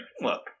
look